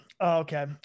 Okay